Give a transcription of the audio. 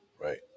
right